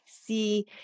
see